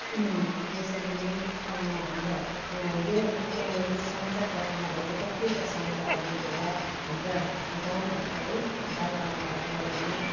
यसरी नै हाम्रा यो यो समाचारपत्रमा भएको कतिवटा समाचारहरूले गर्दा हाम्रा गाउँघरका है बाल बालिकाहरूलाई पनि